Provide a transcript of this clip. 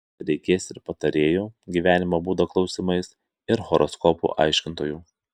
reikės ir patarėjų gyvenimo būdo klausimais ir horoskopų aiškintojų